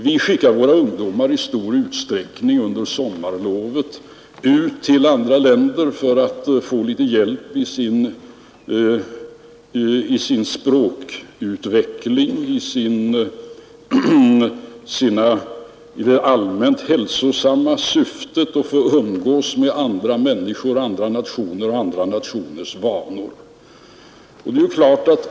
Vi skickar under sommarlovet i stor utsträckning våra ungdomar till andra länder för att de skall få litet hjälp i sin språkutveckling, och vi gör det i det allmänt hälsosamma syftet att de skall få umgås med andra människor och lära känna andra nationers vanor.